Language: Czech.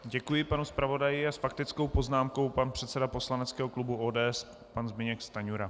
Děkuji panu zpravodaji a s faktickou poznámkou pan předseda poslaneckého klubu ODS Zbyněk Stanjura.